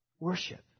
Worship